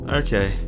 okay